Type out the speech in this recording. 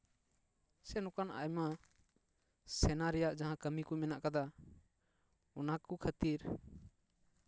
ᱥᱮ ᱱᱚᱝᱠᱟᱱ ᱟᱭᱢᱟ ᱥᱮᱱᱟ ᱨᱮᱭᱟᱜ ᱡᱟᱦᱟᱸ ᱠᱟᱹᱢᱤ ᱠᱚ ᱢᱮᱱᱟᱜ ᱠᱟᱫᱟ ᱚᱱᱟ ᱠᱚ ᱠᱷᱟᱹᱛᱤᱨ